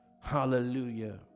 Hallelujah